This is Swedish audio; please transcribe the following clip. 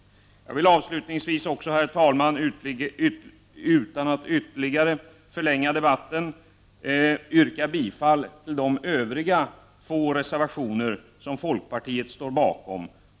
Jag skall inte ytterligare förlänga debatten. Jag vill bara avslutningsvis, herr talman, yrka bifall till de övriga två reservationer som folkpartiet står bakom.